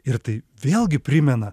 ir tai vėlgi primena